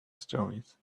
stories